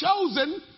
chosen